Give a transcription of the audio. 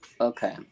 okay